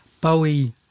Bowie